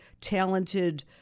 talented